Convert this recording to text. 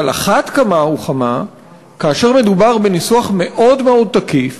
אבל על אחת כמה וכמה כאשר מדובר בניסוח מאוד מאוד תקיף,